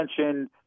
mentioned